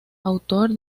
autor